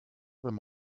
them